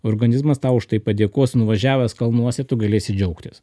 organizmas tau už tai padėkos nuvažiavęs kalnuose tu galėsi džiaugtis